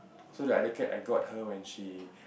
so the other cat I got her when she